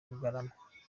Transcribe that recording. bugarama